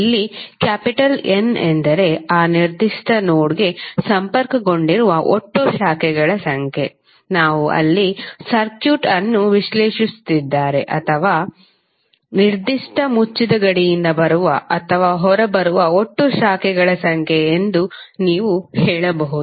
ಇಲ್ಲಿ N ಎಂದರೆ ಆ ನಿರ್ದಿಷ್ಟ ನೋಡ್ಗೆ ಸಂಪರ್ಕಗೊಂಡಿರುವ ಒಟ್ಟು ಶಾಖೆಗಳ ಸಂಖ್ಯೆ ನಾವು ಇಲ್ಲಿ ಸರ್ಕ್ಯೂಟ್ ಅನ್ನು ವಿಶ್ಲೇಷಿಸುತ್ತಿದ್ದಾರೆ ಅಥವಾ ನಿರ್ದಿಷ್ಟ ಮುಚ್ಚಿದ ಗಡಿಯಿಂದ ಬರುವ ಅಥವಾ ಹೊರಬರುವ ಒಟ್ಟು ಶಾಖೆಗಳ ಸಂಖ್ಯೆ ಎಂದು ನೀವು ಹೇಳಬಹುದು